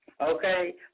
Okay